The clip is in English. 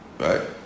Right